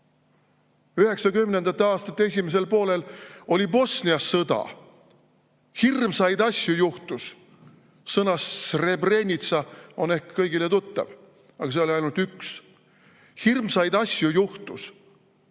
aastate esimesel poolel oli Bosnia sõda. Hirmsaid asju juhtus. Sõna "Srebrenica" on ehk kõigile tuttav, aga see oli ainult üks [paljudest]. Hirmsaid asju juhtus.